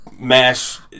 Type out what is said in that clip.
mash